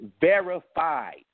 verified